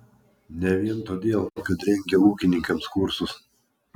ne vien todėl kad rengia ūkininkams kursus